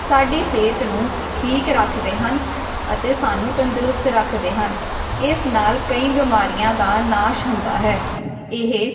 ਸਾਡੀ ਸਿਹਤ ਨੂੰ ਠੀਕ ਰੱਖਦੇ ਹਨ ਅਤੇ ਸਾਨੂੰ ਤੰਦਰੁਸਤ ਰੱਖਦੇ ਹਨ ਇਸ ਨਾਲ ਕਈ ਬਿਮਾਰੀਆਂ ਦਾ ਨਾਸ਼ ਹੁੰਦਾ ਹੈ ਇਹ